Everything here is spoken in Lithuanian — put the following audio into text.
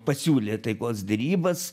pasiūlė taikos derybas